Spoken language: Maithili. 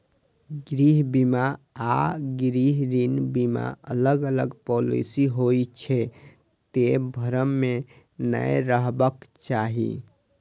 गृह बीमा आ गृह ऋण बीमा अलग अलग पॉलिसी होइ छै, तें भ्रम मे नै रहबाक चाही